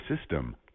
system